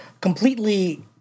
completely